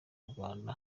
rwanda